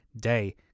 Day